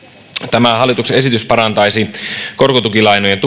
tämä hallituksen esitys parantaisi korkotukilainojen